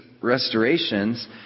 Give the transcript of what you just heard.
restorations